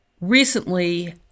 Recently